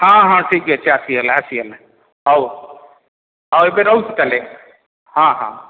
ହଁ ହଁ ଠିକ୍ ଅଛି ଆସିଗଲା ଆସିଗଲା ହଉ ହଉ ଏବେ ରହୁଛି ତାହେଲେ ହଁ ହଁ